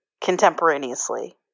contemporaneously